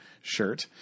shirt